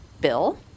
bill